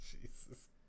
Jesus